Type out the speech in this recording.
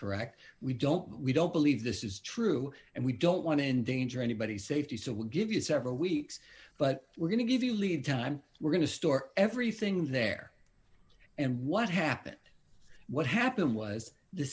correct we don't we don't believe this is true and we don't want to endanger anybody safety so we'll give you several weeks but we're going to give you leave time we're going to store everything there and what happened what happened was the